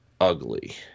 ugly